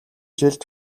жилд